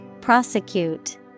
Prosecute